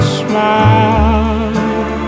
smile